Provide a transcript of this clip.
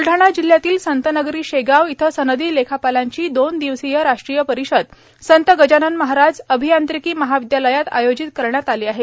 ब्लढाणा जिल्हयातील संतनगरी शेगाव इथं सनदी लेखापालांची दोन दिवसीय राष्ट्रीय परिषद संत गजानन महाराज अभियांत्रिकी महाविदयालयात आयोजित करण्यात आली आहे